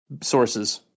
sources